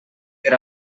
per